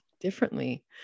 differently